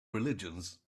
religions